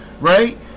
Right